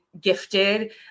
gifted